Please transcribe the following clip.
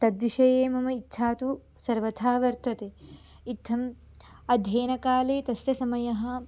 तद्विषये मम इच्छा तु सर्वथा वर्तते इत्थम् अध्य्ययनकाले तस्य समयः